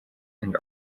and